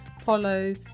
Follow